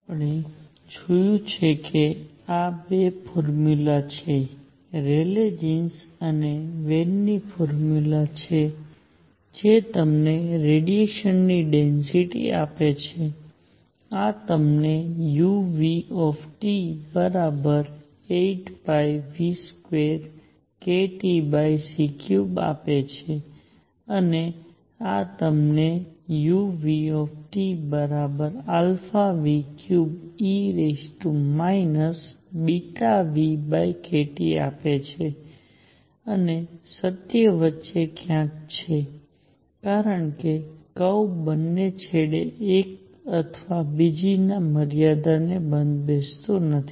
આપણે જોયું છે કે ત્યાં 2 ફોર્મ્યુલા છે રેલે જીન્સ અને વેનની ફોર્મ્યુલા જે તમને રેડિયેશન ની ડેન્સિટિ આપે છે આ તમને u 8π2kTc3 આપે છે અને આ તમને u α3e βνkT આપે છે અને સત્ય વચ્ચે ક્યાંક છે કારણ કે કર્વ બંને છેડે એક અથવા બીજી મર્યાદામાં બંધબેસતો નથી